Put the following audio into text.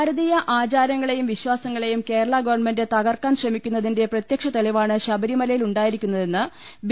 ഭാരതീയ ആചാരങ്ങളെയും വിശ്വാസങ്ങളെയും കേരള ഗവൺമെന്റ് തകർക്കാൻ ശ്രമിക്കുന്നതിന്റെ പ്രത്യക്ഷ തെളിവാണ് ശബരിമലയിൽ ഉണ്ടായിരിക്കുന്നതെന്ന് ബി